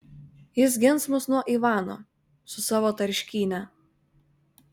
jis gins mus nuo ivano su savo tarškyne